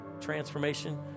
transformation